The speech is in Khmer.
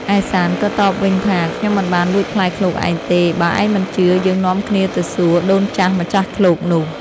ឯសាន្តក៏តបវិញថា “ខ្ញុំមិនបានលួចផ្លែឃ្លោកឯងទេ! បើឯងមិនជឿ យើងនាំគ្នាទៅសួរ ដូនចាស់ម្ចាស់ឃ្លោកនោះ”។